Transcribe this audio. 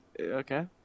Okay